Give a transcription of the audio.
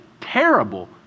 terrible